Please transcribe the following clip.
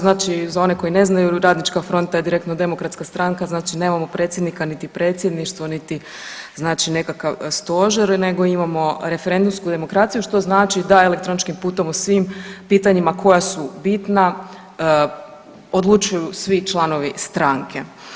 Znači za one koji ne znaju Radnička fronta da je direktno demokratska stranka znači nemamo predsjednika, niti predsjedništvo, niti znači nekakav stožer nego imamo referendumsku demokraciju što znači da elektroničkim putem u svim pitanjima koja su bitna odlučuju svi članovi stranke.